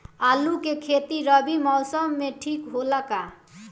आलू के खेती रबी मौसम में ठीक होला का?